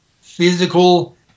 physical